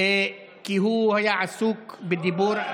הוא היה עסוק בדיבור.